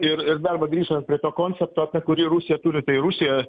ir ir dar va grįžom prie to konsepto apie kurį rusija turi tai rusija